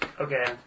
Okay